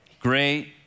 Great